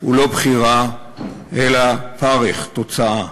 הוא לא בחירה אלא פרך, תוצאה.